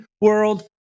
world